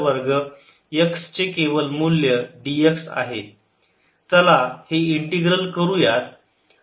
0cosθdθ0cosθsin θdθ 0θ।cos θ।d cos θ 1 11 X2XdX 111 X2XdX where Xcos θ चला हे integral करूयात